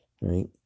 right